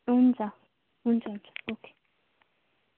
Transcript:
हुन्छ हुन्छ हुन्छ ओके